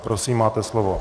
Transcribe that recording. Prosím, máte slovo.